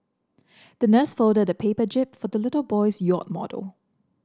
the nurse folded a paper jib for the little boy's yacht model